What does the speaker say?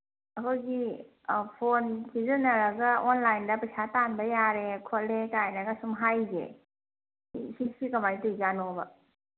ꯑꯩꯈꯣꯏꯒꯤ ꯐꯣꯟ ꯁꯤꯖꯤꯟꯅꯔꯒ ꯑꯣꯟꯂꯥꯏꯟꯗ ꯄꯩꯁꯥ ꯇꯥꯟꯕ ꯌꯥꯔꯦ ꯈꯣꯠꯂꯦ ꯀꯥꯏꯅꯒ ꯁꯨꯝ ꯍꯥꯏꯔꯤꯁꯦ ꯁꯤ ꯁꯤ ꯀꯃꯥꯏ ꯇꯧꯔꯤꯖꯥꯠꯅꯣꯕ